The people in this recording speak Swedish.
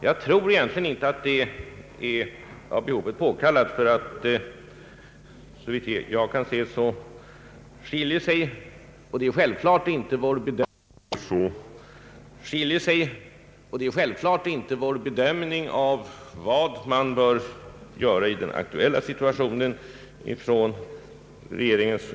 Jag tror egentligen inte att det är av behovet påkallat, ty såvitt jag kan se skiljer sig inte — och det är självklart — regeringens och utskottsmajoritetens bedömning från reservanternas i fråga om vad man bör göra i den aktuella situationen.